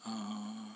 ah